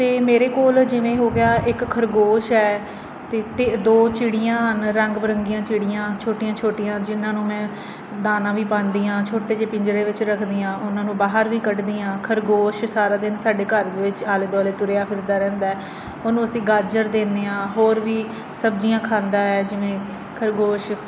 ਅਤੇ ਮੇਰੇ ਕੋਲ ਜਿਵੇਂ ਹੋ ਗਿਆ ਇੱਕ ਖਰਗੋਸ਼ ਹੈ ਅਤੇ ਅਤੇ ਦੋ ਚਿੜੀਆਂ ਹਨ ਰੰਗ ਬਿਰੰਗੀਆਂ ਚਿੜੀਆਂ ਛੋਟੀਆਂ ਛੋਟੀਆਂ ਜਿਨ੍ਹਾਂ ਨੂੰ ਮੈਂ ਦਾਣਾ ਵੀ ਪਾਉਂਦੀ ਹਾਂ ਛੋਟੇ ਜਿਹੇ ਪਿੰਜਰੇ ਵਿੱਚ ਰੱਖਦੀ ਹਾਂ ਉਹਨਾਂ ਨੂੰ ਬਾਹਰ ਵੀ ਕੱਢਦੀ ਹਾਂ ਖਰਗੋਸ਼ ਸਾਰਾ ਦਿਨ ਸਾਡੇ ਘਰ ਦੇ ਵਿੱਚ ਆਲੇ ਦੁਆਲੇ ਤੁਰਿਆ ਫਿਰਦਾ ਰਹਿੰਦਾ ਉਹਨੂੰ ਅਸੀਂ ਗਾਜਰ ਦਿੰਦੇ ਹਾਂ ਹੋਰ ਵੀ ਸਬਜ਼ੀਆਂ ਖਾਂਦਾ ਹੈ ਜਿਵੇਂ ਖਰਗੋਸ਼